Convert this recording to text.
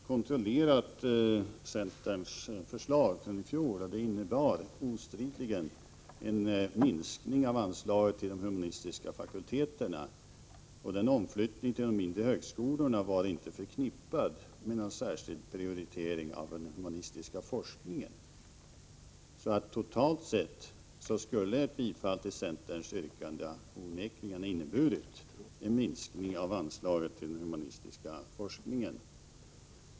Herr talman! Jag har kontrollerat centerns förslag från i fjol, och det innebar obestridligen en minskning av anslagen till de humanistiska fakulteterna. Omfördelningen till de mindre högskolorna var inte förknippad med någon särskild prioritering av den humanistiska forskningen. Totalt sett skulle alltså ett bifall till centerns yrkande onekligen ha inneburit en minskning av anslaget till den humanistiska forskningen.